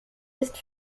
ist